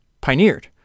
pioneered